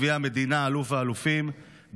גביע המדינה ואלוף האלופים,